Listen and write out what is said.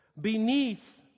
Beneath